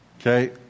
okay